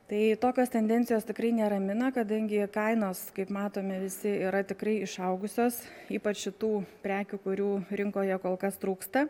tai tokios tendencijos tikrai neramina kadangi kainos kaip matome visi yra tikrai išaugusios ypač šitų prekių kurių rinkoje kol kas trūksta